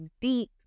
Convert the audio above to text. deep